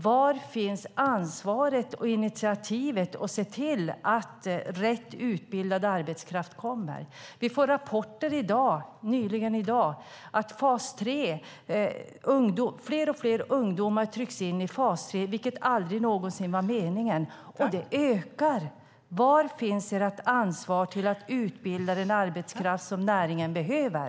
Var finns ansvaret och initiativet för att se till att rätt utbildad arbetskraft kommer? Vi får rapporter, senast i dag, om att allt fler ungdomar trycks in i fas 3, vilket aldrig någonsin var meningen. Och detta ökar. Var finns ert ansvar för att utbilda den arbetskraft som näringen behöver?